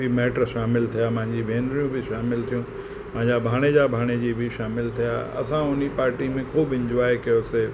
बि माइट शामिल थिया मुंहिंजी भेनरियूं बि शामिल थियूं मुंहिंजा भाणे जा भाणे जी बि शामिल थिया असां उन्हीअ पार्टी में ख़ूब इंजॉय कयोसीं